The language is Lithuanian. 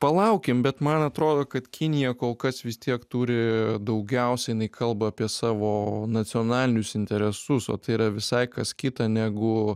palaukim bet man atrodo kad kinija kol kas vis tiek turi daugiausia inai kalba apie savo nacionalinius interesus o tai yra visai kas kita negu